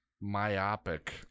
myopic